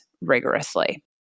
rigorously